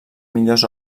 millors